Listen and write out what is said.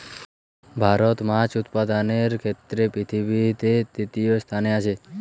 ভারত মাছ উৎপাদনের ক্ষেত্রে পৃথিবীতে তৃতীয় স্থানে আছে